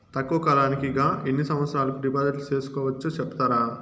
తక్కువ కాలానికి గా ఎన్ని సంవత్సరాల కు డిపాజిట్లు సేసుకోవచ్చు సెప్తారా